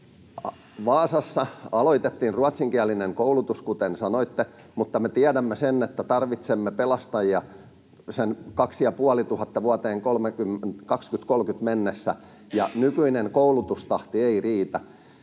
Vaasassa aloitettiin ruotsinkielinen koulutus, kuten sanoitte, mutta me tiedämme sen, että tarvitsemme pelastajia sen kaksi- ja puolituhatta vuoteen 2030 mennessä, ja nykyinen koulutustahti ei riitä.